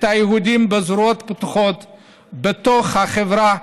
היהודים בזרועות פתוחות לתוך החברה,